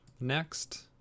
next